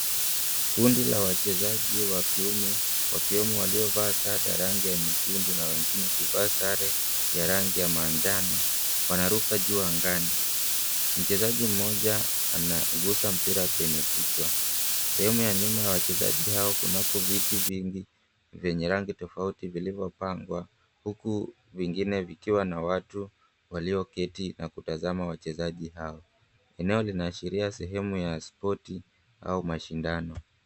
Kundi la wachezaji wa kiume, wakiwemo waliovaa sare ya rangi ya nyekundu na wengine kuvaa sare ya rangi ya manjano, wanaruka juu angani. Mchezaji mmoja anagusa mpira kwenye kichwa. Sehemu ya nyuma ya wachezaji hao kunako viti vingi vyenye rangi tofauti vilivyopangwa, huku vingine vikiwa na watu walioketi na kutazama wachezaji hao. Eneo linaashiria sehemu ya spoti au mashindano.